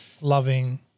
loving